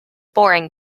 boring